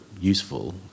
useful